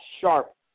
sharp